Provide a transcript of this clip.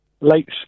Late